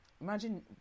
imagine